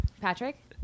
Patrick